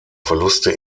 verluste